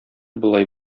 болай